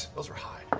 those were high.